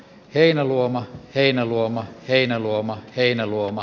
heinäluoma heinäluoma heinäluoma heinäluoma